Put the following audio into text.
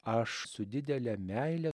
aš su didele meile